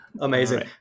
Amazing